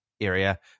Area